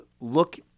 look